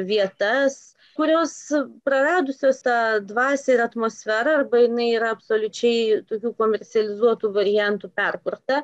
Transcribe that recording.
vietas kurios praradusius tą dvasią ir atmosferą arba jinai yra absoliučiai tokių komercializuotų variantų perkurta